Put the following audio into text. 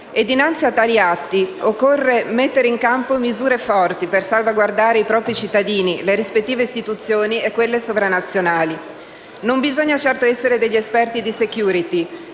Dinanzi a tali atti, occorre mettere in campo misure forti per salvaguardare i propri cittadini, le rispettive istituzioni e quelle sovranazionali. Non bisogna certo essere degli esperti di *security*